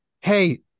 Hey